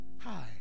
hi